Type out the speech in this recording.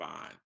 fine